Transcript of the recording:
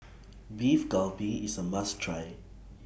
Beef Galbi IS A must Try